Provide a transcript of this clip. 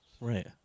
Right